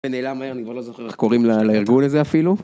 זה נעלם מהר אני כבר לא זוכר איך קוראים לארגון הזה אפילו